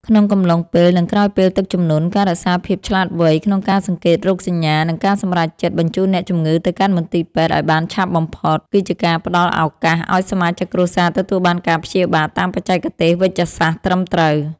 ក្នុងកំឡុងពេល និងក្រោយពេលទឹកជំនន់ ការរក្សាភាពឆ្លាតវៃក្នុងការសង្កេតរោគសញ្ញា និងការសម្រេចចិត្តបញ្ជូនអ្នកជំងឺទៅកាន់មន្ទីរពេទ្យឱ្យបានឆាប់បំផុត គឺជាការផ្តល់ឱកាសឱ្យសមាជិកគ្រួសារទទួលបានការព្យាបាលតាមបច្ចេកទេសវេជ្ជសាស្ត្រត្រឹមត្រូវ។